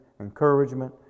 encouragement